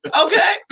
okay